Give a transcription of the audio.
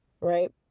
right